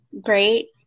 great